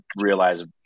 realize